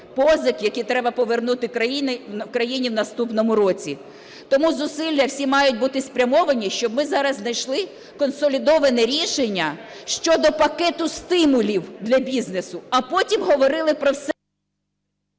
позик, які треба повернути країні в наступному році. Тому зусилля всі мають бути спрямовані, щоб ми зараз знайшли консолідоване рішення щодо пакету стимулів для бізнесу, а потім говорили про все…